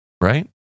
right